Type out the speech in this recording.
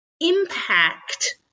impact